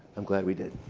i'm glad we did.